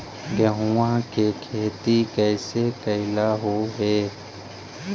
गेहूआ के खेती कैसे कैलहो हे?